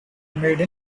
made